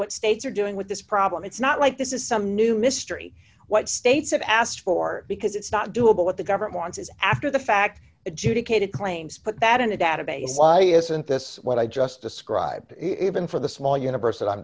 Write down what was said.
what states are doing with this problem it's not like this is some new mystery what states have asked for because it's not doable what the government wants is after the fact adjudicated claims put that in a database why isn't this what i just described even for the small univers